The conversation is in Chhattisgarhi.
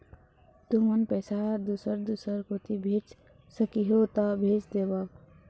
तुमन पैसा दूसर दूसर कोती भेज सखीहो ता भेज देवव?